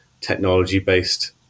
technology-based